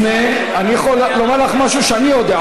אני יכול לומר לך משהו שאני יודע,